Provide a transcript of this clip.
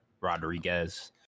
Rodriguez